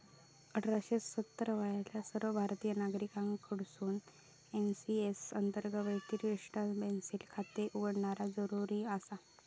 अठरा ते सत्तर वयातल्या सर्व भारतीय नागरिकांकडसून एन.पी.एस अंतर्गत वैयक्तिक पेन्शन खाते उघडणा जरुरी आसा